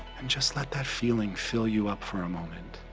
and just let that feeling fill you up for a moment.